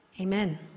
Amen